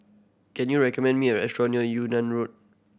can you recommend me a restaurant near Yunnan Road